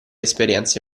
esperienze